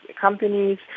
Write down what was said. companies